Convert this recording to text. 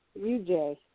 UJ